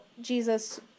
Jesus